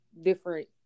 Different